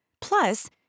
Plus